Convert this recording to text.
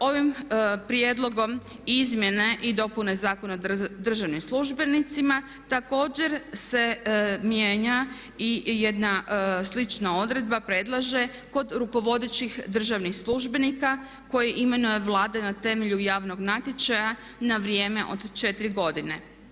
Ovim prijedlogom izmjene i dopune zakona državnim službenicima također se mijenja i jedna slična odredba, predlaže kod rukovodećih državnih službenika koje imenuje Vlada na temelju javnog natječaja na vrijeme od 4 godine.